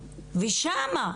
ושם,